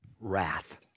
wrath